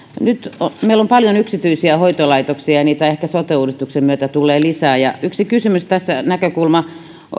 nyt meillä on paljon yksityisiä hoitolaitoksia niitä ehkä sote uudistuksen myötä tulee lisää yksi kysymys tässä näkökulma